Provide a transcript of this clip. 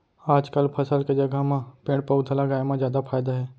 आजकाल फसल के जघा म पेड़ पउधा लगाए म जादा फायदा हे